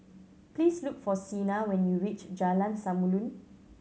please look for Cena when you reach Jalan Samulun